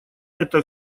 это